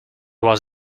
was